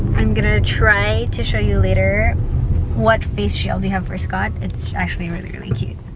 i'm gonna try to show you later what face shield we have for scott. it's actually really really cute.